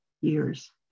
years